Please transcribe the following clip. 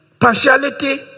partiality